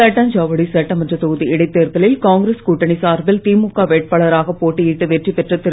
தட்டாஞ்சாவடி சட்டமன்ற தொகுதி இடைத்தேர்தலில் காங்கிரஸ் கூட்டணி சார்பில் திமுக வேட்பாளராக போட்டியிட்டு வெற்றி பெற்ற திரு